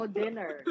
dinner